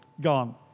gone